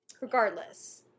Regardless